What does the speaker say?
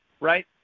right